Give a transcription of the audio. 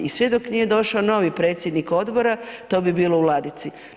I sve dok nije došao novi predsjednik odbora, to bi bilo u ladici.